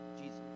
Jesus